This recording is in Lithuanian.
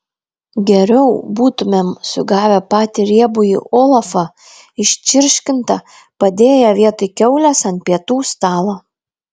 geriau būtumėm sugavę patį riebųjį olafą iščirškintą padėję vietoj kiaulės ant pietų stalo